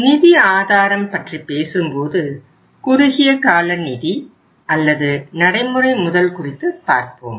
நிதி ஆதாரம் பற்றி பேசும்போது குறுகிய கால நிதி அல்லது நடைமுறை முதல் குறித்து பார்ப்போம்